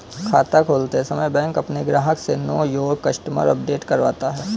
खाता खोलते समय बैंक अपने ग्राहक से नो योर कस्टमर अपडेट करवाता है